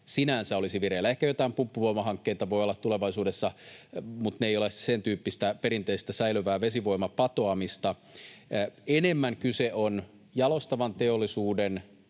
sinänsä olisi vireillä. Ehkä joitain pumppuvoimahankkeita voi olla tulevaisuudessa, mutta ne eivät ole sen tyyppistä perinteistä, säilövää vesivoimapatoamista. Enemmän kyse on jalostavan teollisuuden